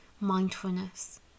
mindfulness